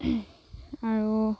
আৰু